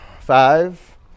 Five